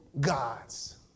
gods